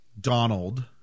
Donald